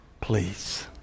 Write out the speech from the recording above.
please